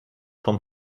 vom